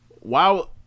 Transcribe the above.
wow